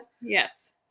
Yes